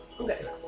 Okay